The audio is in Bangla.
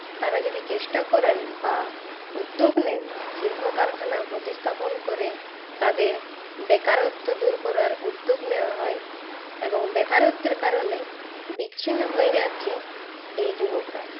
তারা যদি চেষ্টা করেন বা উদ্যোগ নেন শিল্পকারখানা প্রতিস্থাপন করে তাদের বেকারত্ব দূর করার উদ্যোগ নেওয়া হয় এবং বেকারত্বের কারণে বিচ্ছিন্ন হয়ে যাচ্ছে এই যুবকরা